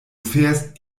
fährst